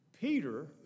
Peter